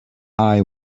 eye